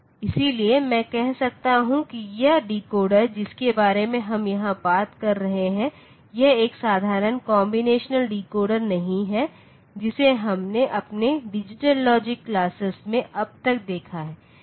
इसलिए मैं कह सकता हूं कि यह डिकोडर जिसके बारे में हम यहां बात कर रहे हैं यह एक साधारण कॉम्बिनेशन डिकोडर नहीं है जिसे हमने अपने डिजिटल लॉजिक क्लासेस में अब तक देखा है